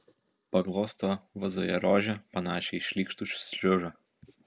paglosto vazoje rožę panašią į šlykštų šliužą